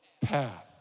path